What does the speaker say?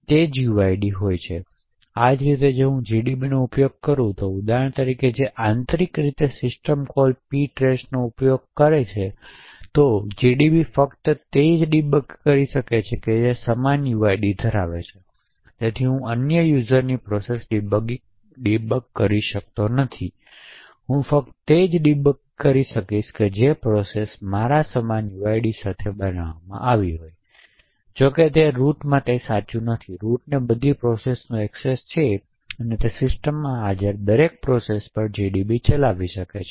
તે જ uid આ રીતે જો હું જીડીબીનો ઉપયોગ કરું છું ઉદાહરણ તરીકે જે આંતરિક રીતે સિસ્ટમ કોલ પીટ્રેસનો ઉપયોગ કરે છે તો જીડીબી ફક્ત તે જ ડીબગ કરી શકે છે જે સમાન uid છે તેથી હું અન્ય યુઝરઓની પ્રોસેસને ડીબગ કરી શકશે નહીં તેથી હું ફક્ત તે જ ડીબગ કરી શકીશ કે જે પ્રોસેસ મારા સમાન uid સાથે બનાવવામાં આવી છે તે રુટ માટે સાચું નથી રુટને બધી પ્રોસેસનો એક્સેસ છે અને તેથી તે સિસ્ટમમાં હાજર દરેક પ્રોસેસઓ પર જીડીબી ચલાવી શકે છે